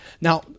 now